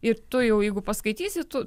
ir tu jau jeigu paskaitysi tu